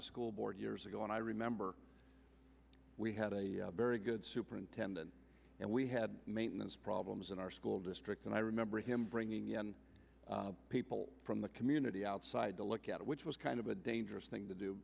a school board years ago and i remember we had a very good superintendent and we had maintenance problems in our school district and i remember him bringing in people from the community outside to look at it which was kind of a dangerous thing to do